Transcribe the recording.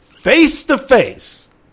face-to-face